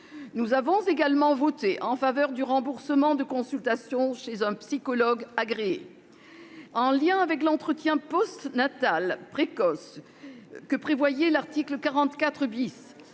Nous avons également voté en faveur du remboursement de consultations chez un psychologue agréé. En lien avec l'entretien postnatal précoce instauré à l'article 44 ,